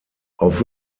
auf